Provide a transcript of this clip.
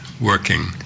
working